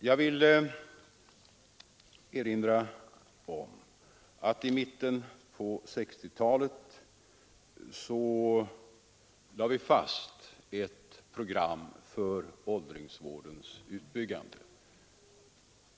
Jag vill erinra om att i mitten på 1960-talet lade vi fast ett program för åldringsvårdens utbyggande.